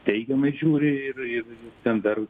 teigiamai žiūri ir ir ten dar